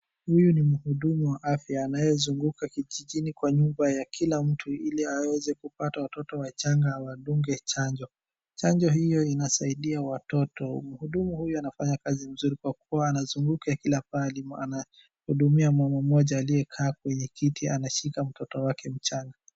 Huyu ni mhudumu wa afya anayezunguka kijijini kwa nyumba ya kila mtu ili aweze kupata watoto wachanga awadunge chanjo. Chanjo hio inasaidia watoto. Mhudumu huyu anafanya kazi mzuri, kwa kuwa anazunguka kila pahali, anahudumia mama mmoja aliyekaa kwenye kiti, anashika mtoto wake mchanga.